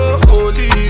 holy